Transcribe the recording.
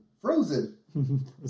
Frozen